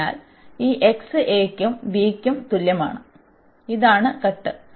അതിനാൽ ഈ x a ക്കും b ക്കും തുല്യമാണ് ഇതാണ് കട്ട്